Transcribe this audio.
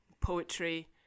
poetry